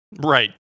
right